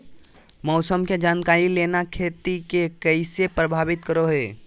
मौसम के जानकारी लेना खेती के कैसे प्रभावित करो है?